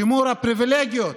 שימור הפריבילגיות